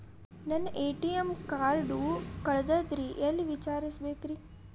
ನನ್ನ ATM card ಕಳದದ್ರಿ ಎಲ್ಲಿ ವಿಚಾರಿಸ್ಬೇಕ್ರಿ?